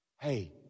hey